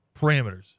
parameters